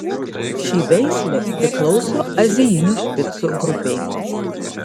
ši veislė priklauso azijinių špicų grupei